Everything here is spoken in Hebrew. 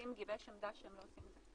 משרד המשפטים גיבש עמדה שהם לא עושים את זה.